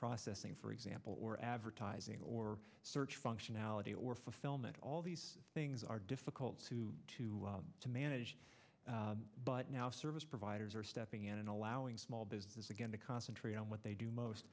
processing for example or advertising or search functionality or fulfillment all these things are difficult to manage but now service providers are stepping in and allowing small businesses again to concentrate on what they do